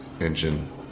engine